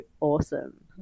awesome